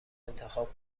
انتخاب